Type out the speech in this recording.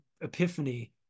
epiphany